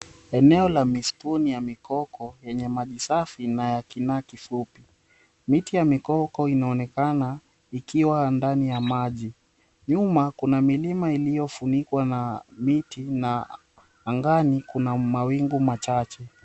Eneo la misituni ya mikoko, yenye maji safi na ya kina kifupi. Miti ya mikoko ikiwa ndani ya maji. Nyuma kuna milima iliyofunikwa na miti, na angani kuna mawingu machache.